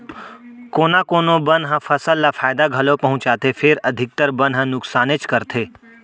कोना कोनो बन ह फसल ल फायदा घलौ पहुँचाथे फेर अधिकतर बन ह नुकसानेच करथे